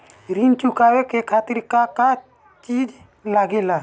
ऋण चुकावे के खातिर का का चिज लागेला?